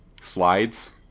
slides